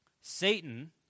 Satan